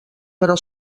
però